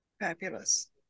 Fabulous